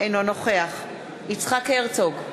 אינו נוכח יצחק הרצוג,